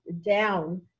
down